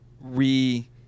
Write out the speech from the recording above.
re